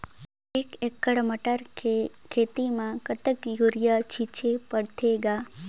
एक एकड़ मटर के खेती म कतका युरिया छीचे पढ़थे ग?